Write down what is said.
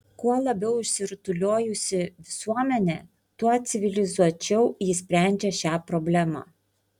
kuo labiau išsirutuliojusi visuomenė tuo civilizuočiau ji sprendžia šią problemą